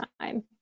time